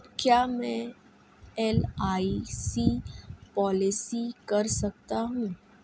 क्या मैं LIC policy कर सकता हूं?